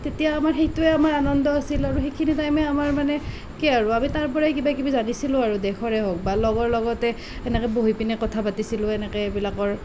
তেতিয়া আমাৰ সেইটোৱে আমাৰ আনন্দ আছিল আৰু সেইখিনি টাইমে আমাৰ মানে কি আৰু আমি তাৰ পৰাই কিবা কিবি জানিছিলোঁ আৰু দেশৰে হওক বা লগৰ লগতেই সেনেকৈ বহি পেলাই কথা পাতিছিলোঁ সেনেকৈ সেইবিলাকৰ